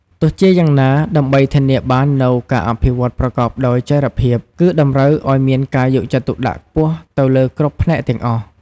ទោះជាយ៉ាងណា ដើម្បីធានាបាននូវការអភិវឌ្ឍប្រកបដោយចីរភាព គឺតម្រូវឲ្យមានការយកចិត្តទុកដាក់ខ្ពស់ទៅលើគ្រប់ផ្នែកទាំងអស់។